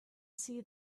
see